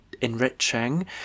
enriching